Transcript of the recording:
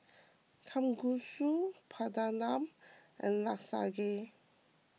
Kalguksu Papadum and Lasagne